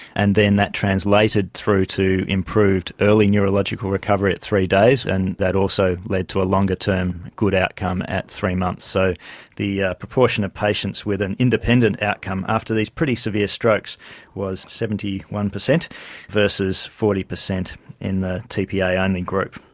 and then that translated through to improved early neurological recovery at three days, and that also led to a longer-term good outcome at three months. so the proportion of patients with an independent outcome after these pretty severe strokes was seventy one percent versus forty percent in the tpa only group.